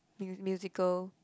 mu~ musical